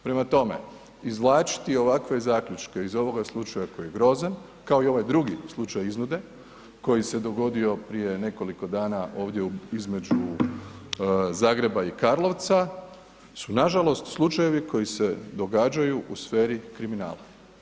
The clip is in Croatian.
Prema tome, izvlačiti ovakve zaključke iz ovoga slučaja koji je grozan kao i ovaj drugi slučaj iznude koji se dogodio prije nekoliko dana ovdje između Zagreba i Karlovca su nažalost slučajevi koji se događaju u sferi kriminala.